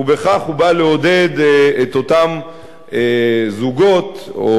ובכך הוא בא לעודד את אותם זוגות או